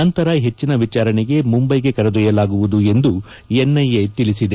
ನಂತರ ಹೆಚ್ಚಿನ ವಿಚಾರಣೆಗೆ ಮುಂಬ್ಲೆಗೆ ಕರೆದೊಯ್ಲಲಾಗುವುದು ಎಂದು ಎನ್ಐಎ ತಿಳಿಸಿದೆ